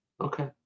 Okay